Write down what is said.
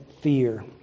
fear